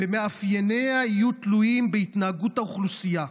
ומאפייניה יהיו תלויים בהתנהגות האוכלוסייה,